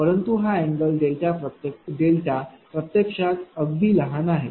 परंतु हा अँगल प्रत्यक्षात अगदी लहान आहे